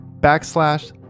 backslash